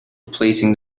replacing